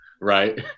right